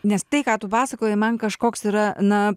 nes tai ką tu pasakoji man kažkoks yra na